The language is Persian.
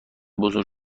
بزرگ